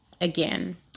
again